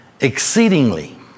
exceedingly